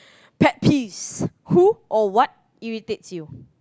pet peeves who or what irritates you